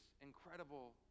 incredible